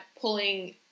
pulling